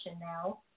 now